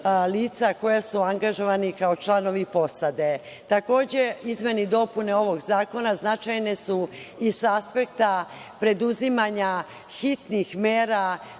koja su angažovana kao članovi posade. Takođe, izmene i dopune ovog zakona značajne su i sa aspekta preduzimanja hitnih mera